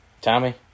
Tommy